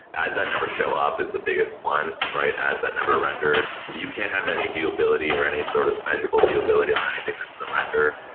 ads that never show up is the biggest one, right? ads that never rendered. you can't have any view ability or any sort of measurable view ability on anything that is a render.